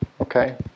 Okay